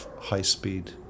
high-speed